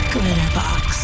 Glitterbox